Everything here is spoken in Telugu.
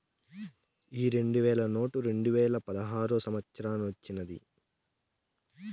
ఈ రెండు వేల నోటు రెండువేల పదహారో సంవత్సరానొచ్చినాది